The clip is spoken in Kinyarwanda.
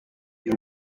y’u